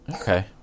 Okay